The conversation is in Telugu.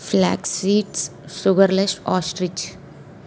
flaxseeds sugarless ostrich